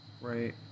right